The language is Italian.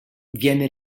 viene